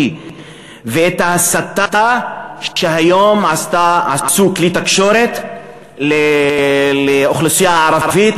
ואת ההסתה שהיום עשו כלי תקשורת לאוכלוסייה הערבית,